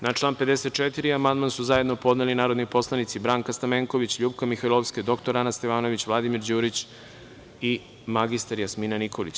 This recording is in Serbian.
Na član 54. amandman su zajedno podneli narodni poslanici Branka Stamenković, LJupka Mihajlovska, dr Ana Stevanović, Vladimir Đurić i mr Jasmina Nikolić.